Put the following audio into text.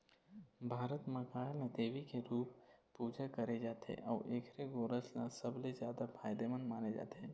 भारत म गाय ल देवी के रूप पूजा करे जाथे अउ एखर गोरस ल सबले जादा फायदामंद माने जाथे